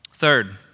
Third